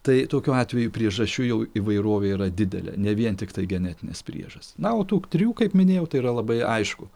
tai tokiu atveju priežasčių jau įvairovė yra didelė ne vien tiktai genetinės priežastys na o tų trijų kaip minėjau tai yra labai aišku